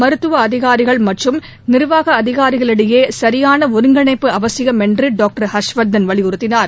மருத்துவ அதிகாரிகள் மற்றும் நிர்வாக அதிகாரிகளிடையே சரியான ஒருங்கிணைப்பு அவசியம் என்று டாக்டர் ஹர்ஷ்வர்தன் வலியுறுத்தினார்